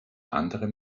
andere